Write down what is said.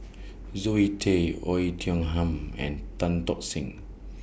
Zoe Tay Oei Tiong Ham and Tan Tock Seng